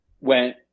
Went